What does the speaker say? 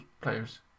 players